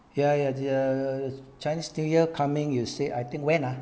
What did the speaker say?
ya ya err ugh chinese new year coming you say I think when ah